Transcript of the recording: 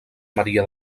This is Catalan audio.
maria